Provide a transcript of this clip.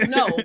no